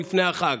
לפני החג.